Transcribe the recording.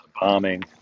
bombing